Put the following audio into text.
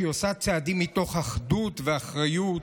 שעושה צעדים מתוך אחדות ואחריות,